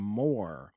more